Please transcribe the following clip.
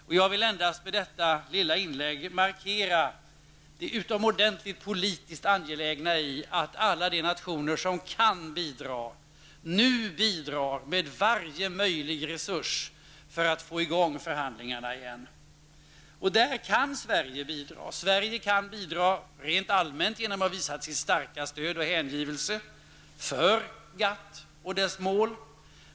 Med detta lilla inlägg vill jag endast markera det utomordentligt politiskt angelägna i att alla de nationer som kan bidrar. Att de bidrar med varje möjlig resurs för att få i gång förhandlingar igen. Där kan Sverige bidra. Sverige kan bidra rent allmänt genom att visa sitt starka stöd och hängivelse för GATT och dess mål.